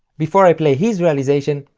before i play his realization,